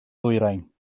ddwyrain